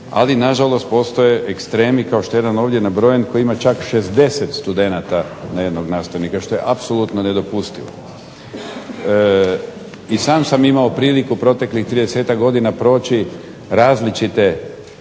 ali nažalost postoje ekstremi kao što je jedan ovdje nabrojen koji ima čak 60 studenata na jednog nastavnika što je apsolutno nedopustivo. I sam sam imao priliku proteklih 30-ak godina proći različite